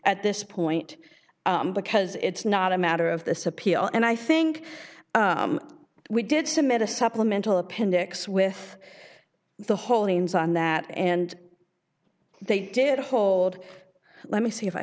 at this point because it's not a matter of this appeal and i think we did submit a supplemental appendix with the whole ins on that and they did hold let me see if i